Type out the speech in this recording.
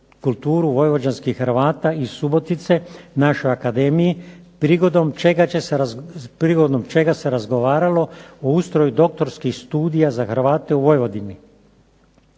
kulturu vojvođanskih Hrvata iz Subotice našoj akademiji prigodom čega se razgovaralo o ustroju doktorskih studija za Hrvate u Vojvodini.